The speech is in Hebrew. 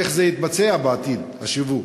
איך יתבצע בעתיד השיווק?